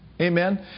Amen